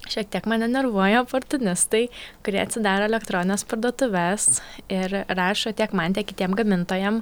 šiek tiek mane nervuoja oportunistai kurie atsidaro elektronines parduotuves ir rašo tiek man tiek kitiem gamintojam